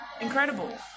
incredible